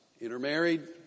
Intermarried